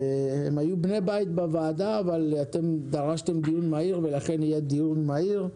הם היו בני בית בוועדה אבל אתם דרשתם דיון מהיר ולכן יהיה דיון מהיר.